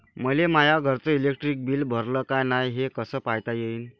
मले माया घरचं इलेक्ट्रिक बिल भरलं का नाय, हे कस पायता येईन?